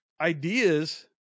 ideas